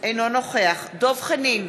אינו נוכח דב חנין,